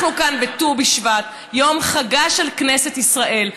אנחנו כאן בט"ו בשבט, יום חגה של כנסת ישראל.